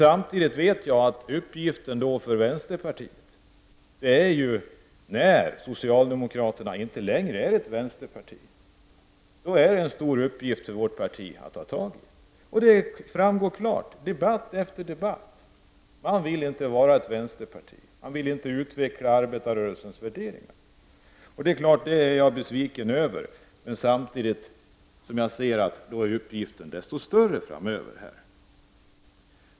Samtidigt vet jag att det är en stor uppgift för vårt parti, när socialdemokraterna inte längre är ett vänsterparti, att ta tag i dessa frågor. Det framgår klart i debatt efter debatt att socialdemokraterna inte vill vara ett vänsterparti och inte vill utveckla arbetarrörelsens värderingar. Det är klart att jag är besviken över det, men samtidigt ser jag att vår uppgift är desto större framöver.